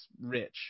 rich